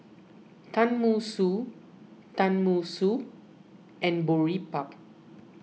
Tenmusu Tenmusu and Boribap